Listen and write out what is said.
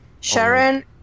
Sharon